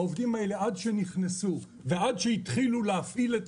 העובדים האלה עד שנכנסו ועד שהתחילו להפעיל,